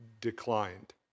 declined